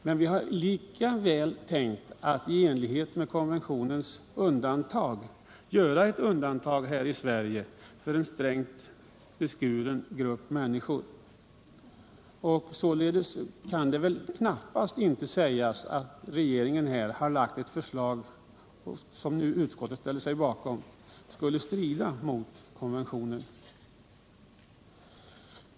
Men vi har tänkt att i enlighet med konventionens undantag göra ett undantag här i Sverige för en strängt beskuren grupp människor. Således kan det knappast sägas att regeringen lagt ett förslag — som utskottet ställer sig bakom — som skulle strida mot konventionen.